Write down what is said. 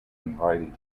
invited